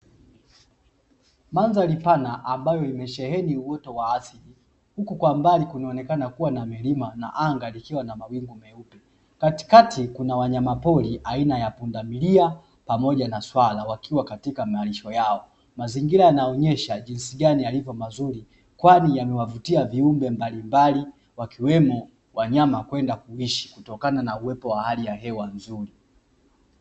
Mandhari pana ambayo imesheheni uoto wa asili huku kwa mbali kunaonekana kuwa na milima na anga likiwa na mawingu meupe, katikati kuna wanyamapori aina ya pundamilia pamoja na swala wakiwa katika malisho yao mazingira yanaonyesha jinsi gani yalivyo mazuri, kwani yamewavutia viumbe mbalimbali wakiwemo wanyama kwenda kuishi kutokana na uwepo wa hali ya hewa nzuri.